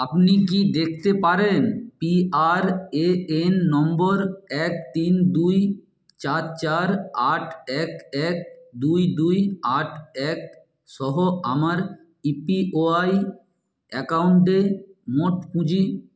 আপনি কি দেখতে পারেন পি আর এ এন নম্বর এক তিন দুই চার চার আট এক এক দুই দুই আট এক সহ আমার ই পি ওয়াই অ্যাকাউন্টে মোট পুঁজি